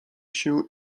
się